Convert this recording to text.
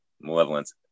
Malevolence